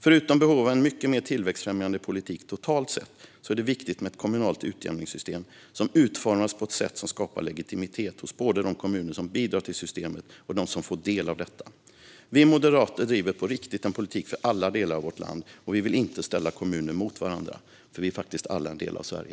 Förutom en mycket mer tillväxtfrämjande politik totalt sett är det viktigt med ett kommunalt utjämningssystem som utformas på ett sätt som skapar legitimitet hos både de kommuner som bidrar till systemet och de som får del av det. Vi moderater driver på riktigt en politik för alla delar av vårt land och vill inte ställa kommuner mot varandra. Vi är alla en del av Sverige.